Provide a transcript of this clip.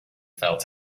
felt